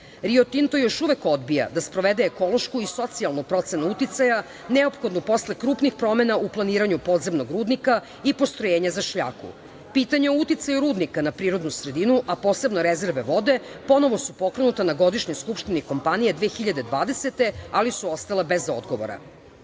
Tinto još uvek odbija da sprovede ekološku i socijalnu procenu uticaja, neophodnu posle krupnih promena u planirnju podzemnog rudnika i postrojenja za šljaku. Pitanje o uticaju rudnika na prirodnu sredinu, a posebno rezerve vode ponovo su pokrenute na godišnjoj skupštini kompanije 2020. godine, ali su ostala bez